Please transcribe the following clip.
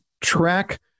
track